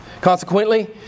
Consequently